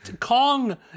Kong